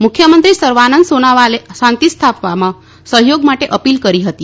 મુખ્યમંત્રી સર્વાનંદ સોનોવાલે શાંતિ સ્થાપવામાં સહયોગ માટે અપીલ કરી હતી